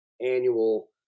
annual